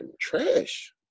trash